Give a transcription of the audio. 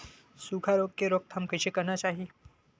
सुखा रोग के रोकथाम कइसे करना चाही?